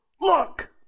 Look